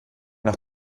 nach